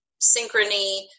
synchrony